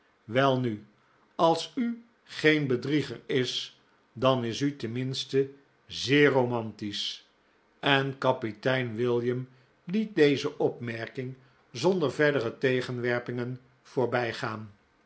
welnu als u geen bedrieger is dan is u ten minste zeer romantisch en kapitein william liet deze opmerking zonder verdere tegenwerpingen voorbijgaan